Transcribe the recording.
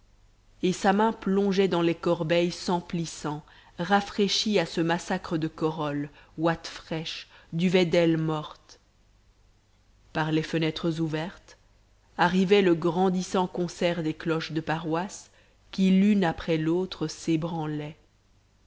et sa main plongeait dans les corbeilles s'emplissant rafraîchie à ce massacre de corolles ouates fraîches duvets d'ailes mortes par les fenêtres ouvertes arrivait le grandissant concert des cloches de paroisse qui l'une après l'autre